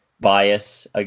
Bias